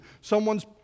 someone's